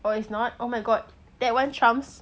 or it's not oh my god that one trumps